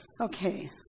Okay